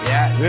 Yes